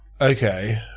Okay